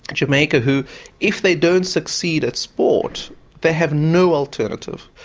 jamaica who if they don't succeed at sport they have no alternative.